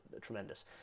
tremendous